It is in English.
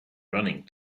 running